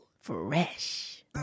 fresh